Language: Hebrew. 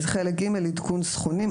חלק ג', עדכון סכומים,